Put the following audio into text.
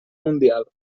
mundial